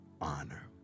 honor